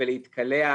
ולהתקלח,